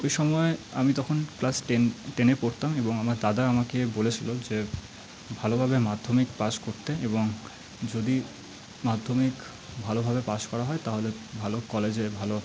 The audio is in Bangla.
ওই সময় আমি তখন ক্লাস টেনে পড়তাম এবং আমার দাদা আমাকে বলেছিলো যে ভালোভাবে মাধ্যমিক পাশ করতে এবং যদি মাধ্যমিক ভালোভাবে পাশ করা হয় তাহলে ভালো কলেজে ভালো